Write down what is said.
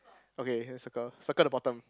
okay here circle circle the bottom